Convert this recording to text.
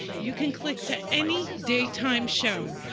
you can click to any daytime show,